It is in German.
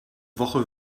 woche